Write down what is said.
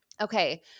Okay